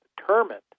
determined